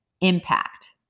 impact